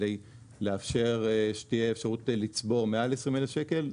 כדי לאפשר שתהיה אפשרות לצבור מעל 20,000 שקלים.